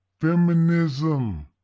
Feminism